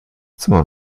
zimmer